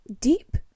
deep